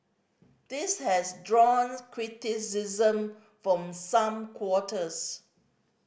this has drawn criticism from some quarters